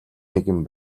нэгэн